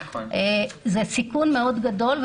זה סיכון מאוד גדול.